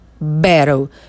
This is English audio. battle